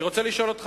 אני רוצה לשאול אותך,